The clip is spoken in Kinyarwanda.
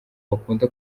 bakunda